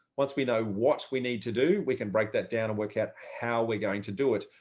once we know what we need to do, we can break that down and work out how we're going to do it.